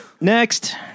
next